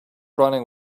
running